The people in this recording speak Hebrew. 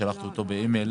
שלחתי אותו באי-מייל